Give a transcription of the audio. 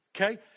Okay